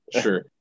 sure